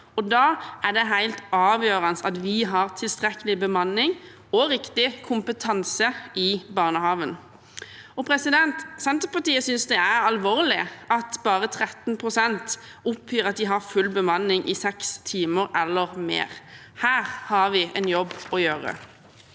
Da er det helt avgjørende at vi har tilstrekkelig bemanning og riktig kompetanse i barnehagen. Senterpartiet synes det er alvorlig at bare 13 pst. oppgir at de har full bemanning i 6 timer eller mer. Her har vi en jobb å gjøre.